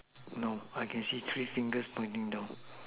no I can see three fingers pointing down